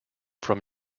from